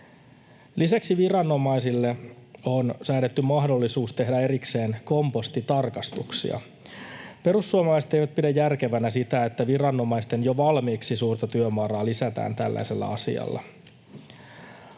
Lisäksi viranomaisille on säädetty mahdollisuus tehdä erikseen kompostitarkastuksia. Perussuomalaiset eivät pidä järkevänä sitä, että viranomaisten jo valmiiksi suurta työmäärää lisätään tällaisella asialla.